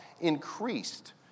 increased